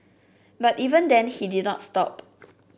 but even then he did not stop